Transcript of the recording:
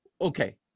Okay